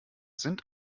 sind